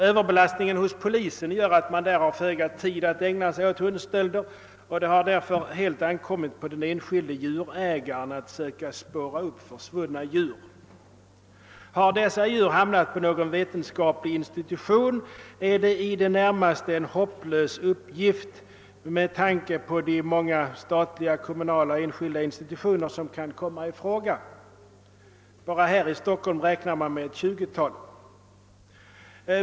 Överbelastningen hos polisen gör att man har föga tid att ägna sig åt djurstölder, och det har därför helt ankommit på de enskilda djurägarna att försöka spåra upp försvunna djur. Har dessa djur hamnat på någon vetenskaplig institution är detta en i det närmaste hopplös uppgift med tanke på de många statliga, kommunala och enskilda institutioner som kan kom ma i fråga — bara i Stockholm räknar man med ett 20-tal.